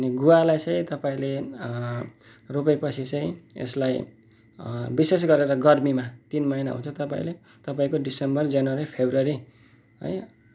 अनि गुवालाई चाहिँ तपाईँले रोपेपछि चाहिँ यसलाई विशेष गरेर गर्मीमा तिन महिना हुन्छ तपाईँले तपाईँको दिसम्बर जनवरी फेब्रुअरी है